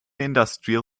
industrial